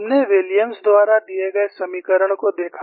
हमने विलियम्स द्वारा दिए समीकरण को देखा